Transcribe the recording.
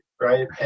right